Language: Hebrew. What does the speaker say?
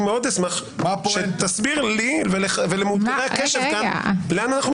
אני מאוד אשמח שתסביר לי ולחברים לאן אנחנו מתקדמים.